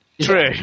True